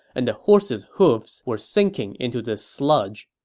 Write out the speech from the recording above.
and the horses' hooves were sinking into this sludge.